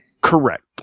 Correct